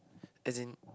as in